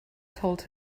told